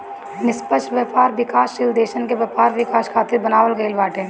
निष्पक्ष व्यापार विकासशील देसन के व्यापार विकास खातिर बनावल गईल बाटे